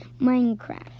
Minecraft